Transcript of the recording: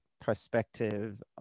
perspective